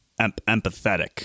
empathetic